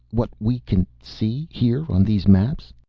what we can see, here on these maps?